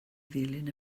ddilyn